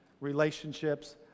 relationships